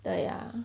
对呀